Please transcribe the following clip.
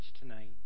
tonight